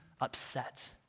upset